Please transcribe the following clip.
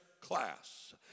class